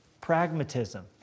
pragmatism